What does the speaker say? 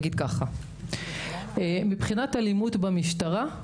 מבחינת אלימות במשטרה,